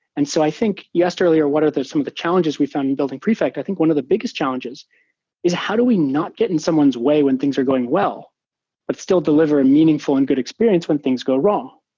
and so i think you asked earlier what are some of the challenges we found in building prefect. i think one of the biggest challenges is how do we not get in someone's way when things are going well but still deliver a meaningful and good experience when things go wrong?